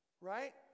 Right